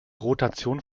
rotation